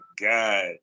god